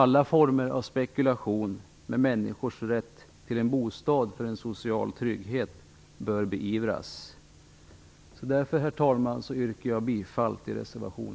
Alla former av spekulation med människors rätt till en bostad för en social trygghet bör beivras. Herr talman! Därför yrkar jag bifall till reservation